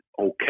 okay